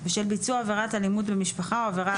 בשל ביצוע עבירת אלימות במשפחה או עבירה